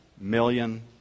million